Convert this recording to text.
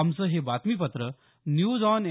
आमचं हे बातमीपत्र न्यूज ऑन ए